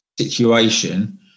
situation